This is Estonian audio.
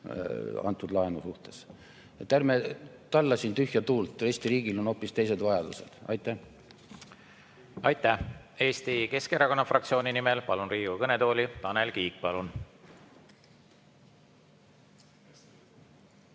antud laenu tingimuste kohta. Ärme tallame siin tühja tuult, Eesti riigil on hoopis teised vajadused. Aitäh! Aitäh! Eesti Keskerakonna fraktsiooni nimel palun Riigikogu kõnetooli, Tanel Kiik. Palun!